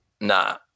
Nah